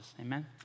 amen